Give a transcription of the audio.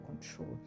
control